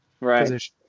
Right